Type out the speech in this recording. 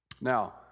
Now